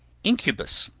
incubus,